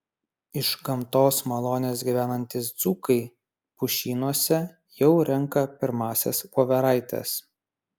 iš gamtos malonės gyvenantys dzūkai pušynuose jau renka pirmąsias voveraites